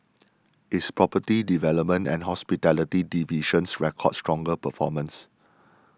its property development and hospitality divisions recorded stronger performances